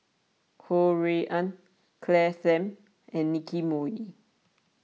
Ho Rui An Claire Tham and Nicky Moey